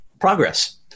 progress